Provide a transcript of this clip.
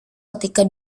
ketika